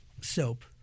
soap